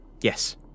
Yes